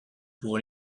pouvons